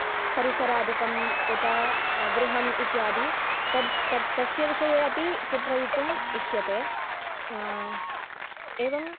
परिसरादिकं उत गृहं इत्यादि तत् तत् तस्य विषये अपि चित्रयितुं इष्यते एवम्